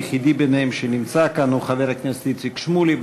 היחיד מהם שנמצא כאן הוא חבר הכנסת איציק שמולי.